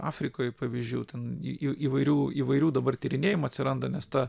afrikoj pavyzdžių ten į įvairių įvairių dabar tyrinėjimų atsiranda nes ta